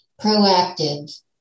Proactive